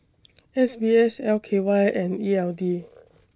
S B S L K Y and E L D